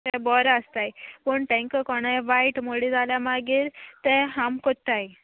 ते बरें आसताय पूण तांकां कोणें वायट म्होणलें जाल्या मागीर ते हार्म कोत्ताय